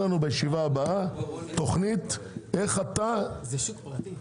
בישיבה הבאה תוכנית איך אתה- -- זה שוק פרטי.